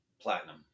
platinum